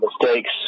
mistakes